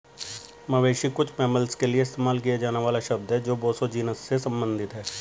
मवेशी कुछ मैमल्स के लिए इस्तेमाल किया जाने वाला शब्द है जो बोसो जीनस से संबंधित हैं